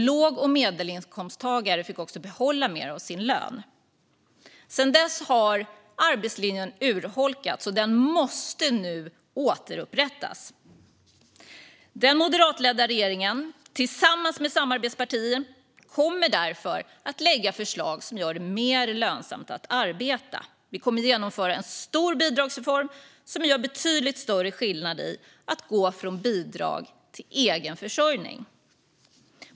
Låg och medelinkomsttagare fick också behålla mer av sin lön. Sedan dess har arbetslinjen urholkats. Nu måste den återupprättas. Den moderatledda regeringen och samarbetspartierna kommer därför att lägga fram förslag som gör det mer lönsamt att arbeta. Vi kommer att genomföra en stor bidragsreform som skapar en betydligt större skillnad i att gå från bidrag till egen försörjning.